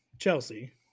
Chelsea